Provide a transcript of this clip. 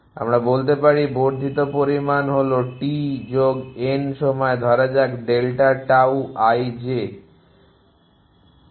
আমরা বলতে পারি বর্ধিত পরিমাণ হল t যোগ n সময়ে ধরা যাক ডেল্টা টাউ i j